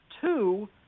two